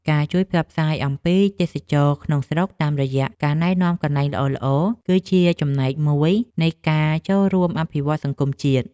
ការជួយផ្សព្វផ្សាយអំពីទេសចរណ៍ក្នុងស្រុកតាមរយៈការណែនាំកន្លែងល្អៗ គឺជាចំណែកមួយនៃការចូលរួមអភិវឌ្ឍន៍សង្គមជាតិ។